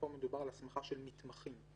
וכאן מדובר על הסמכה של מתמחים.